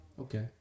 okay